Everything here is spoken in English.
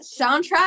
soundtrack